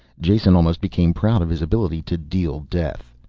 jason almost became proud of his ability to deal death.